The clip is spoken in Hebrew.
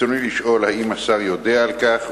ברצוני לשאול: 1. האם השר יודע על כך?